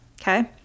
Okay